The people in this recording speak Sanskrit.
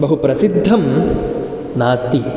बहु प्रसिद्धं नास्ति